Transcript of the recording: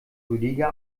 rüdiger